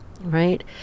right